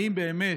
האם באמת